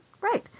Right